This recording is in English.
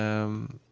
um,